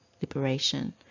liberation